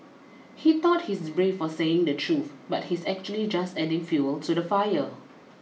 he thought he's brave for saying the truth but he's actually just adding fuel to the fire